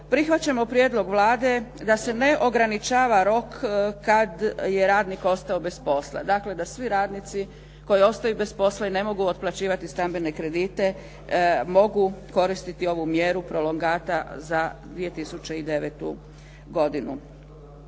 prihvaćamo prijedlog Vlade da se ne ograničava rok kada je radnik ostao bez posla, dakle da svi radnici koji ostaju bez posla i ne mogu otplaćivati stambene kredite, mogu koristiti ovu mjeru prolongata za 2009. godinu.